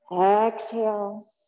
exhale